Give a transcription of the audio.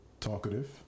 Talkative